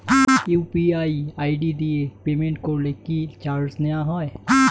UPI ID দিয়ে payment করলে কি চার্জ নেয়া হয়?